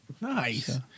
nice